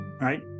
Right